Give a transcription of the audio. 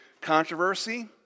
controversy